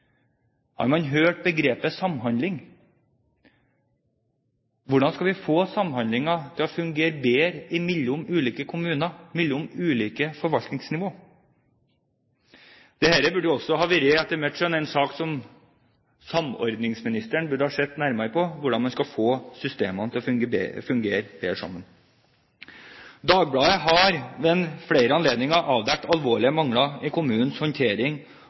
Har man hørt begrepet samhandling? Hvordan skal vi få samhandlingen til å fungere bedre mellom ulike kommuner og mellom ulike forvaltningsnivåer? Dette burde etter mitt skjønn også ha vært en sak som samordningsministeren burde ha sett nærmere på, hvordan man skal få systemene til å fungere bedre sammen. Dagbladet har ved flere anledninger avdekket alvorlige mangler i kommunenes håndtering